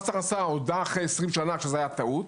מס הכנסה הודה אחרי 20 שנה שזו הייתה טעות,